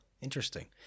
interesting